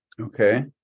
Okay